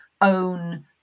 own